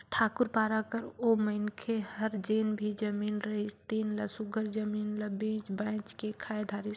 ठाकुर पारा कर ओ मनखे हर जेन भी जमीन रिहिस तेन ल सुग्घर जमीन ल बेंच बाएंच के खाए धारिस